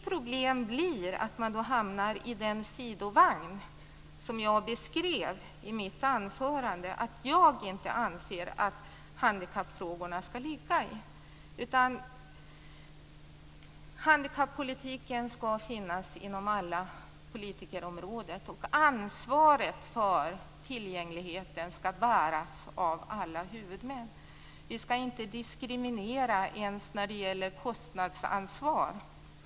Problemet är att då hamnar man i den sidovagn som jag beskrev i mitt anförande och som jag inte anser att handikappfrågorna ska ligga i. Handikappolitiken ska finnas inom alla politiska områden, och ansvaret för tillgängligheten ska bäras av alla huvudmän. Vi ska inte diskriminera funktionshindrade ens när det gäller kostnadsansvar.